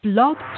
Blog